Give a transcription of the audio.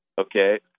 Okay